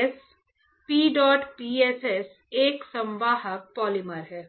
s p dot p s s एक संवाहक polymer है